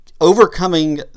Overcoming